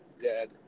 dead